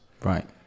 Right